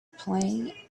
playing